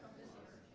business